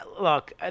Look